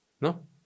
No